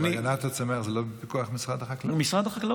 והגנת הצומח זה לא בפיקוח משרד החקלאות?